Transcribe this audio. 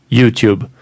Youtube